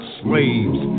slaves